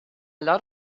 lot